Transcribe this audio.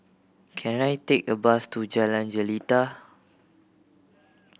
can I take a bus to Jalan Jelita